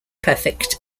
perfect